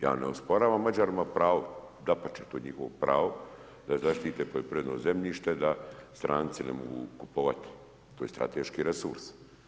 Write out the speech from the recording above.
Ja ne osporavam Mađarima prava, dapače, to je njihovo pravo, da zaštite poljoprivredno zemljište, da stranci ne mogu kupovati, to je strateški resurs.